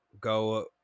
go